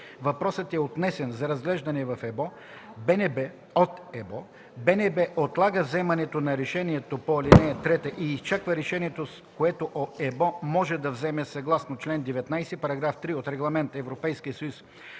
въпросът е отнесен за разглеждане от ЕБО, БНБ отлага вземането на решението по ал. 3 и изчаква решението, което ЕБО може да вземе съгласно чл. 19, параграф 3 от Регламент (ЕС) №